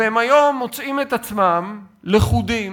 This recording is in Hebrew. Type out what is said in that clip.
והיום הם מוצאים את עצמם לכודים